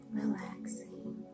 relaxing